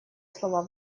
слова